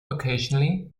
occasionally